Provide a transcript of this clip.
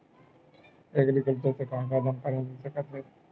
Agriculture से का का जानकारी मिल सकत हे?